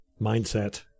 mindset